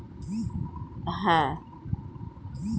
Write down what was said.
অনেক কারণে চাষীরা সরকার থেকে সুবিধা না পেয়ে আন্দোলন করে